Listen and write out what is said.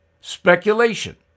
Speculation